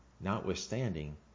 Notwithstanding